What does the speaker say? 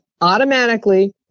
automatically